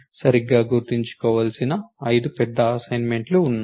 సరిగ్గా గుర్తుంచుకోవాల్సిన 5 పెద్ద అసైన్మెంట్లు ఉన్నాయి